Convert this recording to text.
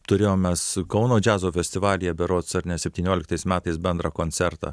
turėjom mes kauno džiazo festivalyje berods ar ne septynioliktais metais bendrą koncertą